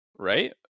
right